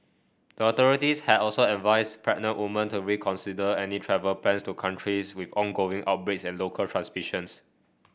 the authorities had also advised pregnant woman to reconsider any travel plans to countries with ongoing outbreaks and local transmissions